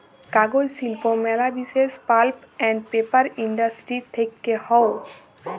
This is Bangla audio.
কাগজ শিল্প ম্যালা বিসেস পাল্প আন্ড পেপার ইন্ডাস্ট্রি থেক্যে হউ